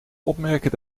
opmerken